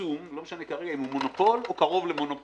עצום לא משנה כרגע אם הוא מונופול או קרוב למונופול